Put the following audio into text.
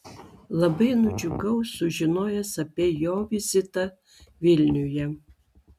labai nudžiugau sužinojęs apie jo vizitą vilniuje